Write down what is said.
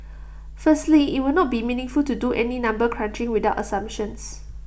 firstly IT would not be meaningful to do any number crunching without assumptions